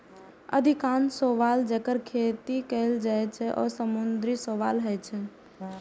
अधिकांश शैवाल, जेकर खेती कैल जाइ छै, ओ समुद्री शैवाल होइ छै